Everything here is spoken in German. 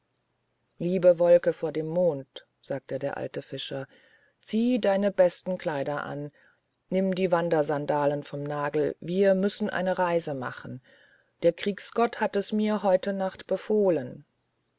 liebe wolke vor dem mond sagte der alte fischer zieh deine besten kleider an nimm die wandersandalen vom nagel wir müssen eine reise machen der kriegsgott hat es mir heute nacht befohlen